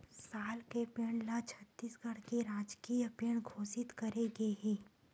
साल के पेड़ ल छत्तीसगढ़ के राजकीय पेड़ घोसित करे गे हे